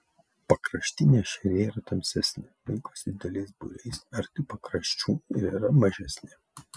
pakraštiniai ešeriai yra tamsesni laikosi dideliais būriais arti pakraščių ir yra mažesni